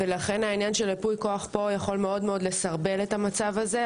לכן העניין של ייפוי הכוח פה יכול מאוד מאוד לסרבל את המצב הזה,